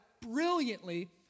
brilliantly